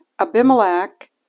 Abimelech